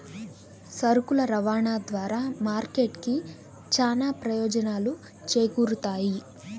సరుకుల రవాణా ద్వారా మార్కెట్ కి చానా ప్రయోజనాలు చేకూరుతాయి